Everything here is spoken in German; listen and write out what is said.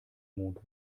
mond